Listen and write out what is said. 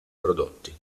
prodotti